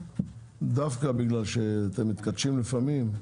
דווקא בגלל שנגה וחברת החשמל מתכתשים לפעמים,